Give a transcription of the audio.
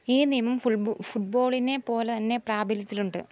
ഈ നിയമം ഫുൾബോ ഫുട്ബോളിനെപ്പോലെ തന്നെ പ്രാബല്യത്തിലുണ്ട്